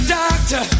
doctor